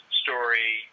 story